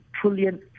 trillion